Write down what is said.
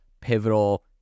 pivotal